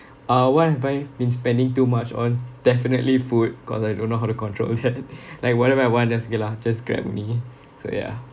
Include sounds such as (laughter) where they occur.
uh what have I been spending too much on definitely food cause I don't know how to control all that (laughs) like whatever I want I just get lah just Grab only (laughs) so ya